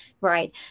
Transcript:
Right